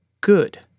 good